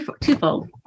twofold